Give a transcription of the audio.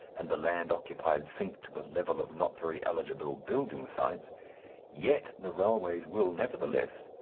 and the land occupied sink to the level of not very eligible building sites yet the railways will, nevertheless,